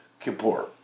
Kippur